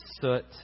soot